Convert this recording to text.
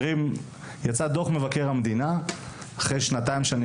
יצא דו"ח מבקר המדינה אחרי שנתיים שאני